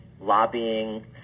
lobbying